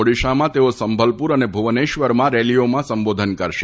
ઓડિશામાં તેઓ સંભલપુર અને ભુવનેશ્વરમાં રેલીઓમાં સંબોધન કરશે